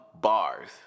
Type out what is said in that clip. bars